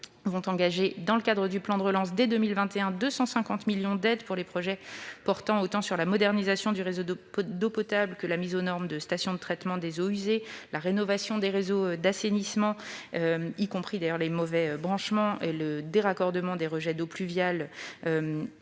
vont engager dans le cadre du plan de relance, dès 2021, 250 millions d'euros d'aides pour des projets portant sur la modernisation du réseau d'eau potable, sur la mise aux normes de stations de traitement des eaux usées, sur la rénovation des réseaux d'assainissement, y compris les mauvais branchements, sur le déraccordement des rejets d'eaux pluviales